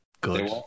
Good